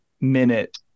minute